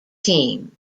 team